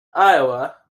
iowa